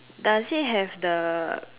does it have the